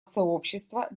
сообщества